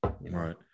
Right